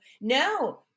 no